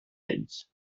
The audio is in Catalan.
ells